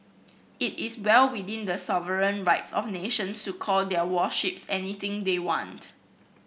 it is well within the sovereign rights of nations to call their warships anything they want